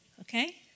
okay